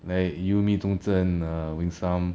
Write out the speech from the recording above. like you me zhongzhen err winston